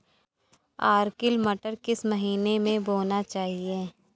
Arkel मटर किस महीना में बोना चाहिए?